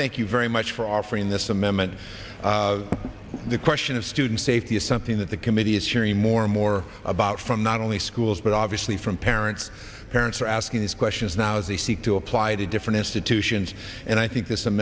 thank you very much for offering this amendment the question of student safety is something that the committee is hearing more and more about from not only schools but obviously from parents parents are asking these questions now as they seek to apply to different institutions and i think th